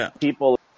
people